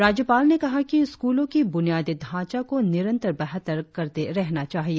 राज्यपाल ने कहा कि स्कूलों की बुनियादी ढांचा को निरंतर बेहतर करते रहना चाहिए